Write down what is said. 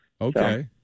Okay